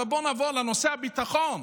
אבל בואו נעבור לנושא הביטחון.